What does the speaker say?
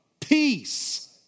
peace